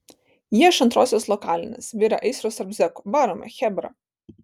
jie iš antrosios lokalinės virė aistros tarp zekų varome chebra